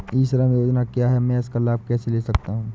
ई श्रम योजना क्या है मैं इसका लाभ कैसे ले सकता हूँ?